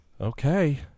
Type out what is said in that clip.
Okay